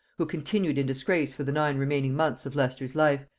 who continued in disgrace for the nine remaining months of leicester's life,